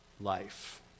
life